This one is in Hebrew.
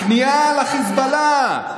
הכניעה לחיזבאללה.